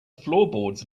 floorboards